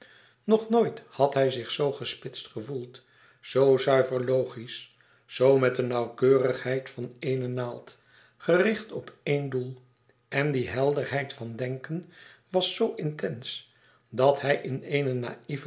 nog nooit had hij zich zoo gespitst gevoeld zoo zuiver logisch zoo met de nauwkeurigheid van eene naald gericht op één doel en die helderheid van denken was z intens dat hij in eene naïve